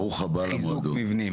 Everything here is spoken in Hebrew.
חיזוק מבנים.